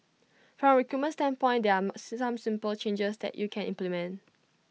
from recruitment standpoint there are some simple changes that you can implement